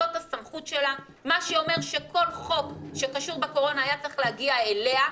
זאת הסמכות שלה מה שאומר שכל חוק שקשור בקורונה היה צריך להגיע אליה,